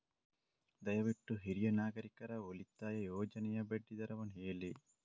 ದಯವಿಟ್ಟು ಹಿರಿಯ ನಾಗರಿಕರ ಉಳಿತಾಯ ಯೋಜನೆಯ ಬಡ್ಡಿ ದರವನ್ನು ಹೇಳಿ